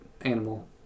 animal